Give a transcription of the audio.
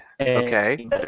okay